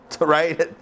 Right